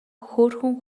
хөөрхөн